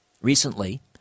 Recently